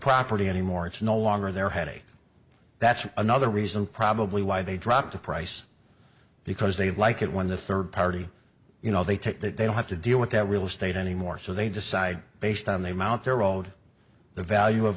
property anymore it's no longer their headache that's another reason probably why they dropped the price because they like it when the third party you know they take that they don't have to deal with that real estate anymore so they decide based on the amount they're owed the value of